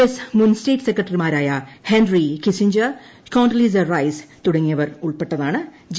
S മുൻ state സെക്രട്ടറിമാരായ Henry Kissinger Condoleezza Rice തുടങ്ങിയവർ ഉൾപ്പെട്ടതാണ് ജെ